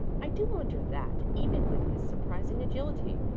i do wonder that, even with his surprising agility,